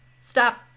stop